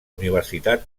universitat